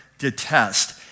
Detest